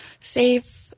safe